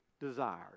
desires